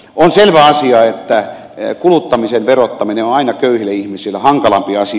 on selvä asia että kuluttamisen verottaminen on aina köyhille ihmisille hankalampi asia